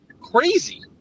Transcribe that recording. crazy